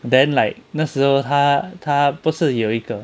then like 那时候他他不是有一个